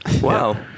Wow